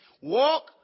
walk